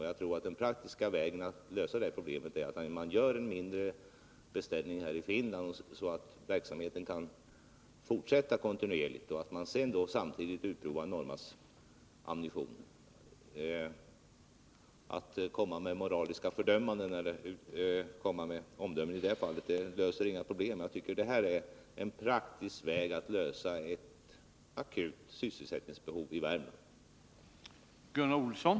Jag tror att den praktiska vägen att lösa frågan är att göra en mindre beställning i Finland, så att verksamheten i fråga kan fortsätta kontinuerligt, samtidigt som man provar Norma Projektilfabriks ammunition. Att fälla moraliska omdömen i detta fall löser inte några problem. Jag tycker att det redovisade förfaringssättet är en praktisk väg att lösa ett akut sysselsättningsbehov i Värmland.